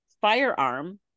firearm